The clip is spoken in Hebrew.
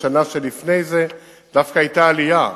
בשנה שלפני זה דווקא היתה עלייה.